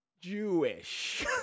Jewish